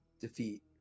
defeat